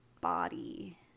body